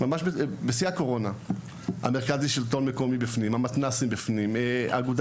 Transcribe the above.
המרכז לשלטון מקומי, המתנ"סים, האגודה